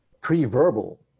pre-verbal